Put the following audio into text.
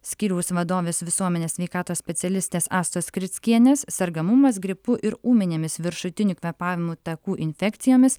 skyriaus vadovės visuomenės sveikatos specialistės astos skrickienės sergamumas gripu ir ūminėmis viršutinių kvėpavimo takų infekcijomis